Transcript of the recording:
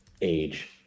age